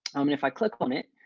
um and if i click on it,